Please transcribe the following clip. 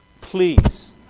please